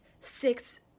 six